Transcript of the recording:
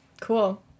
Cool